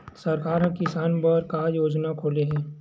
सरकार ह किसान बर का योजना खोले हे?